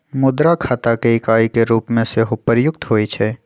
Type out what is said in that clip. मुद्रा खता के इकाई के रूप में सेहो प्रयुक्त होइ छइ